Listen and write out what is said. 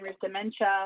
dementia